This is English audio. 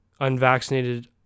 unvaccinated